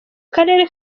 karere